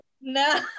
no